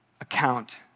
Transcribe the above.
account